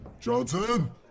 Johnson